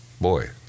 boy